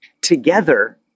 together